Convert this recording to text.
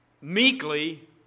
meekly